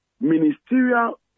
ministerial